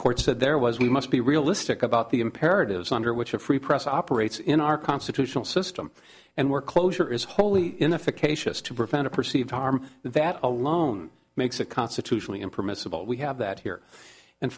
court said there was we must be realistic about the imperatives under which a free press operates in our constitutional system and we're closure is wholly in a fictitious to prevent or perceived harm that alone makes it constitutionally impermissible we have that here and